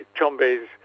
Chombe's